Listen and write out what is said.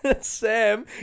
Sam